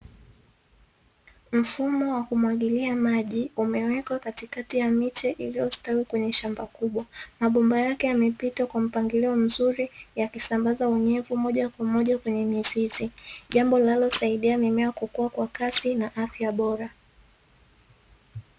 Mfumo wa kumwagilia maji umewekwa katikati ya miche iliyostawi kwenye shamba kubwa, mabomba yake yamepita kwa mpangilio mzuri yakisambaza unyevu moja kwa moja kwenye mizizi, jambo linalosaidia mimea kukua kwa kasi na afya bora.